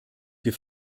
wir